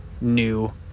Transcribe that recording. new